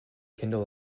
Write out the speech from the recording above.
kindle